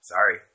Sorry